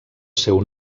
seu